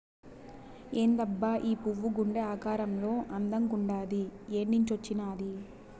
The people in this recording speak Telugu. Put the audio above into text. ఏందబ్బా ఈ పువ్వు గుండె ఆకారంలో అందంగుండాది ఏన్నించొచ్చినాది